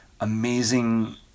amazing